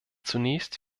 zunächst